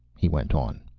he went on.